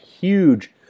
huge